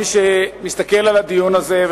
מי שמסתכל על הדיון הזה,